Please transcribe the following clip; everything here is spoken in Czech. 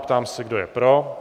Ptám se, kdo je pro?